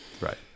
Right